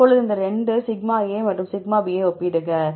இப்போது இந்த 2 σ மற்றும் σ ஐ ஒப்பிடுக